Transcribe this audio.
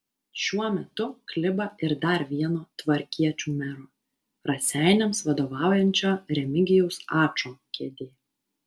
šiuo metu kliba ir dar vieno tvarkiečių mero raseiniams vadovaujančio remigijaus ačo kėdė